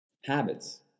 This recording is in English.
Habits